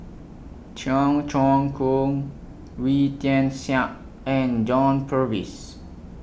Cheong Choong Kong Wee Tian Siak and John Purvis